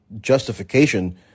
justification